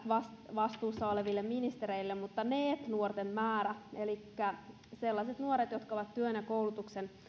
vastuussa oleville ministereille mutta neet nuorten määrä elikkä sellaiset nuoret jotka ovat työn ja koulutuksen